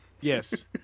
Yes